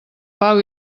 pau